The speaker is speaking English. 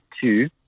two